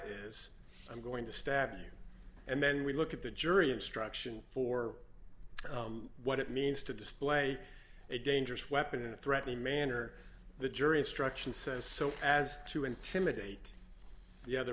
is i'm going to stab you and then we look at the jury instruction for what it means to display a dangerous weapon in a threatening manner the jury instruction says so as to intimidate the other